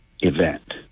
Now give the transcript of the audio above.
event